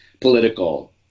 political